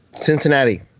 Cincinnati